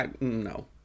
no